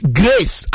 grace